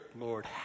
Lord